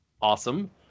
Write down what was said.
awesome